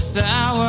thou